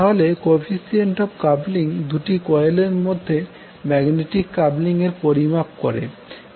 তাহলে coefficient of coupling দুটি কোয়েলের মধ্যে ম্যাগনেটিক কাপলিং এর পরিমাপ করে